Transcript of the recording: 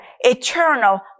eternal